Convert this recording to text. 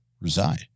reside